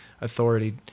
authority